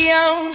on